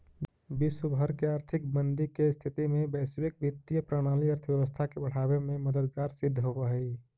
विश्व भर के आर्थिक मंदी के स्थिति में वैश्विक वित्तीय प्रणाली अर्थव्यवस्था के बढ़ावे में मददगार सिद्ध होवऽ हई